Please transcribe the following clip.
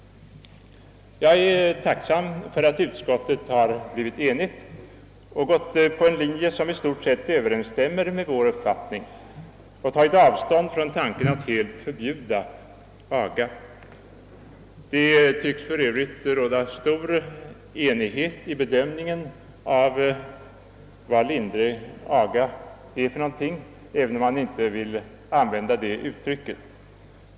Jag är tacksam för att utskottet enat sig om en linje, som i stort sett överensstämmer med vår uppfattning, och tagit avstånd från tanken att helt förbjuda aga. Det tycks för övrigt råda stor enighet i bedömningen av vad som skall avses med lindrig aga, även om man inte vill använda detta begrepp.